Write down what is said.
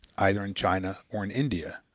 either in china or in india,